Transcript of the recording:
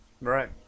Right